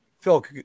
Phil